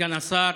סגן השר,